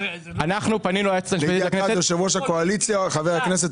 אנחנו פנינו ליועצת המשפטית לכנסת.